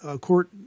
court